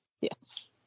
Yes